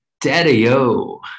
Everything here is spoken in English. Daddy-o